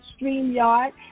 StreamYard